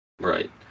Right